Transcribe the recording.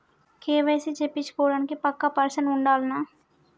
KYC చేపిచ్చుకోవడానికి పక్కా person ఉండాల్నా?